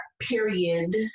period